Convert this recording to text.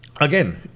again